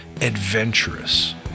adventurous